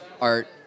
art